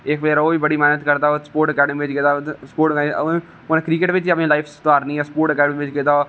इक प्लेयर हा ओह्बी बड़ी मेहनत करदा हा ओह् स्पोटस आकैडमी च गेदा हा स्पोटस च उसने क्रिकेट बिच गै अपनी लाइफ सुधारनी ऐ